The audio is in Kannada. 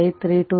615 320